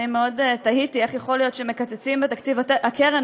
אני מאוד תהיתי איך יכול להיות שמקצצים בתקציב הקרן,